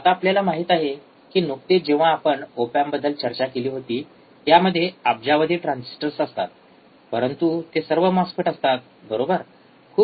आता आपल्याला माहित आहे की नुकतेच जेव्हा आपण ओप एम्पबद्दल चर्चा केली होती यामध्ये अब्जावधी ट्रान्झिस्टर असतात परंतु ते सर्व मॉस्फेट असतात बरोबर